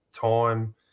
time